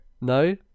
no